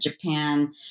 japan